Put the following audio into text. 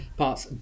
parts